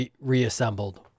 reassembled